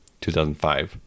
2005